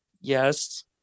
Yes